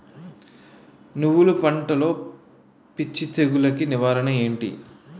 నువ్వులు పంటలో పిచ్చి తెగులకి నివారణ ఏంటి?